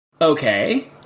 okay